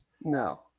No